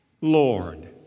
Lord